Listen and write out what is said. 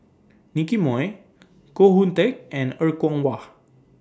Nicky Moey Koh Hoon Teck and Er Kwong Wah